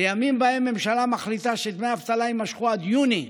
לימים שבהם ממשלה מחליטה שדמי אבטלה יימשכו עד יוני,